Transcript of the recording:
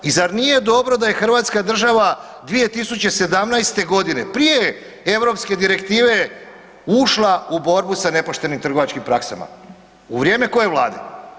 I zar nije dobro da je Hrvatska država 2017.g. prije europske direktive ušla u borbu sa nepoštenim trgovačkim praksama, u vrijeme koje Vlade?